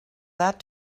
that